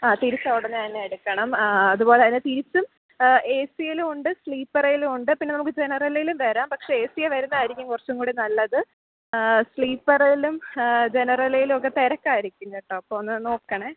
ആ തിരിച്ച് ഉടനെ തന്നെ എടുക്കണം ആ അതുപോലെത്തന്നെ തിരിച്ചും ഏ സീ ല് ഉണ്ട് സ്ലീപ്പറെലും ഉണ്ട് പിന്നെ നമുക്ക് ജനറലേലും വരാം പക്ഷെ ഏ സി യെ വരുന്നതായിരിക്കും കുറച്ചുംകൂടി നല്ലത് സ്ലീപ്പറേലും ജനറലേലും ഒക്കെ തിരക്കായിരിക്കും കേട്ടോ അപ്പോൾ ഒന്ന് നോക്കണേ